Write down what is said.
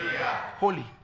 Holy